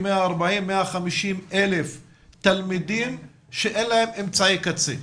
כ-150,000-140,000 תלמידים שאין להם אמצעי קצה?